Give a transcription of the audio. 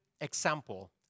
example